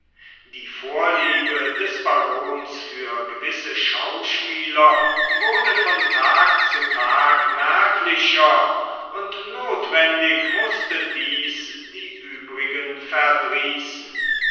die vorliebe des barons für gewisse schauspieler wurde von tag zu tag merklicher und notwendig mußte dies die übrigen